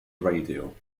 radio